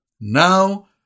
Now